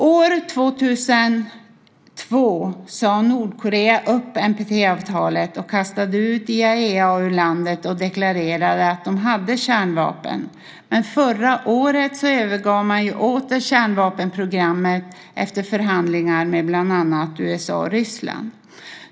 År 2002 sade Nordkorea upp NPT-avtalet och kastade ut IAEA ur landet och deklarerade att de hade kärnvapen, men förra året övergav man åter kärnvapenprogrammet efter förhandlingar med bland annat USA och Ryssland.